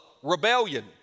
Rebellion